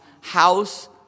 house